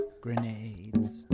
Grenades